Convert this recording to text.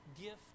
gift